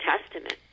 testament